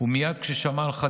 שבמהלכה